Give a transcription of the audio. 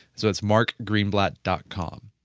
so that's markgreenblatt dot com